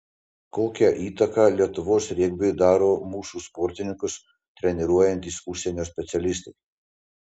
kokią įtaką lietuvos regbiui daro mūsų sportininkus treniruojantys užsienio specialistai